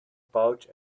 pouch